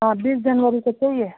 हाँ बीस जनवरी को चाहिए